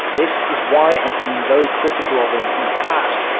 this is why i've been very critical of him in the past.